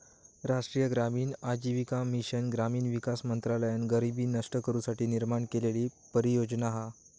राष्ट्रीय ग्रामीण आजीविका मिशन ग्रामीण विकास मंत्रालयान गरीबी नष्ट करू साठी निर्माण केलेली परियोजना हा